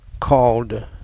called